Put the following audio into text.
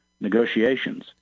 negotiations